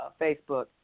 Facebook